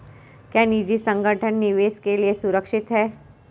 क्या निजी संगठन निवेश के लिए सुरक्षित हैं?